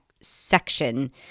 section